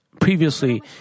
Previously